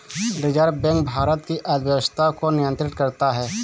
reserve bank Bharat की अर्थव्यवस्था को नियन्त्रित करता है